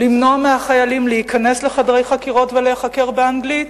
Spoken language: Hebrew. למנוע מהחיילים להיכנס לחדרי חקירות ולהיחקר באנגלית,